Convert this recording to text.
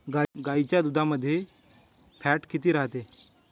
गाईच्या दुधामंदी फॅट किती रायते?